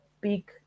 big